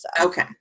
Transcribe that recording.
okay